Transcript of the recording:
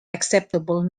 acceptable